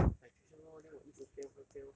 是 titration lor then 我一直 fail fail fail